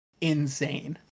insane